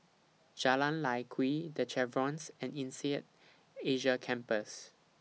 Jalan Lye Kwee The Chevrons and Insead Asia Campus